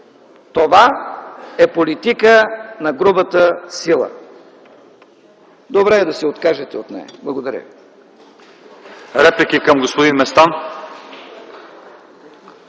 Това е политика на грубата сила. Добре е да се откажете от нея. Благодаря